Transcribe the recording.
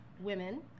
women